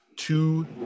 two